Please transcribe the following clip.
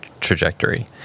trajectory